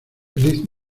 feliz